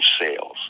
sales